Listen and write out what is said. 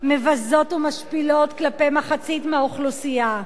מבזות ומשפילות כלפי מחצית מהאוכלוסייה.